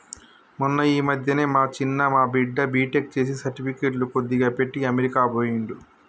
మొన్న ఈ మధ్యనే మా చిన్న మా బిడ్డ బీటెక్ చేసి సర్టిఫికెట్లు కొద్దిగా పెట్టి అమెరికా పోయిండు